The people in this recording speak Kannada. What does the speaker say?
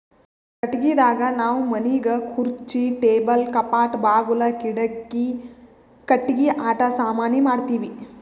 ಕಟ್ಟಿಗಿದಾಗ್ ನಾವ್ ಮನಿಗ್ ಖುರ್ಚಿ ಟೇಬಲ್ ಕಪಾಟ್ ಬಾಗುಲ್ ಕಿಡಿಕಿ ಕಟ್ಟಿಗಿ ಆಟ ಸಾಮಾನಿ ಮಾಡ್ತೀವಿ